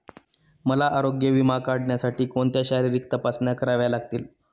मला आरोग्य विमा काढण्यासाठी कोणत्या शारीरिक तपासण्या कराव्या लागतील?